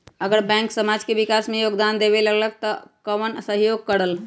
अगर बैंक समाज के विकास मे योगदान देबले त कबन सहयोग करल?